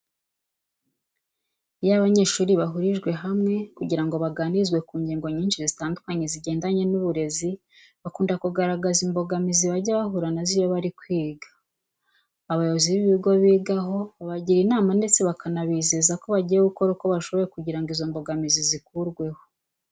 Iyo abanyeshuri bahurijwe hamwe kugira ngo baganirizwe ku ngingo nyinshi zitandukanye zigendanye n'uburezi, bakunda kugaragaza imbogamizi bajya bahura na zo iyo bari kwiga. Abayobozi b'ibigo bigaho babagira inama ndetse bakanabizeza ko bagiye gukora uko bashoboye kugira ngo izo mbogamizi zikurweho.